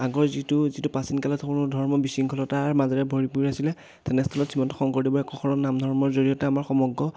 আগৰ যিটো যিটো প্ৰাচীন কালত সকলো ধৰ্ম বিশৃংখলতাৰ মাজেৰে ভৰপূৰ আছিলে তেনেস্থলত শ্ৰীমন্ত শংকৰদেৱে নাম ধৰ্মৰ জৰিয়তে আমাৰ সমগ্ৰ